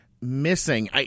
missing